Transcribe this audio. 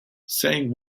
saying